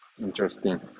Interesting